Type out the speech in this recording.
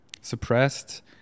suppressed